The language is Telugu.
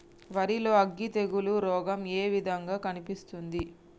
వరి లో అగ్గి తెగులు రోగం ఏ విధంగా కనిపిస్తుంది?